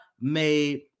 made